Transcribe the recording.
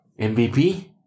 MVP